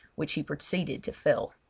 which he proceeded to fill.